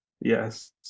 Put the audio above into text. Yes